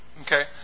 Okay